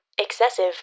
excessive